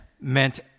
meant